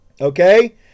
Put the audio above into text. Okay